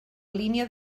línia